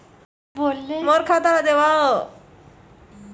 मोर खाता ला देवाव?